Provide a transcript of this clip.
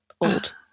old